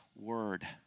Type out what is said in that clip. word